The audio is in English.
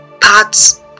parts